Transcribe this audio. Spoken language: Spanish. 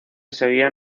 seguían